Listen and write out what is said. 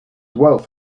wealth